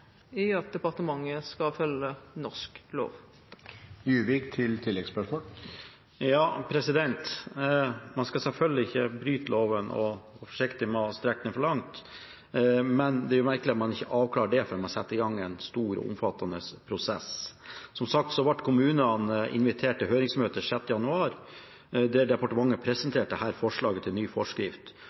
i at departementet skal følge norsk lov. Man skal selvfølgelig ikke bryte loven, og være forsiktig med å strekke den for langt, men det er merkelig at man ikke avklarer det før man setter i gang en stor og omfattende prosess. Som sagt ble kommunene invitert til høringsmøte 6. januar, der departementet presenterte dette forslaget til ny forskrift,